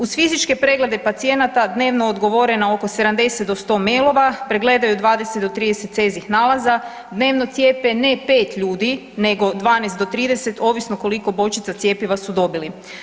Uz fizičke preglede pacijenata dnevno odgovore na oko 70 do 100 mailova, pregledaju 20 do 30 cezih nalaza, dnevno cijepe ne 5 ljudi nego 12 do 30 ovisno koliko bočica cjepiva su dobili.